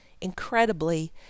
incredibly